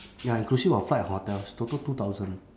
ya inclusive of flight and hotels total two thousand